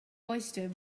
oyster